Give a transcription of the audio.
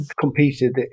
competed